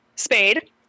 Spade